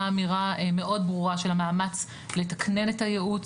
אמירה מאוד ברורה של המאמץ לתקנן את הייעוץ,